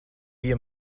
bija